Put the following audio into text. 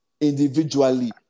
individually